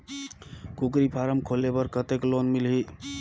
कूकरी फारम खोले बर कतेक लोन मिलही?